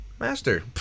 Master